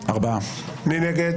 מי נגד?